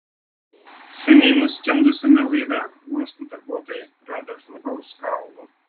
seniai nuskendusiame laive uosto darbuotojai rado žmogaus kaulų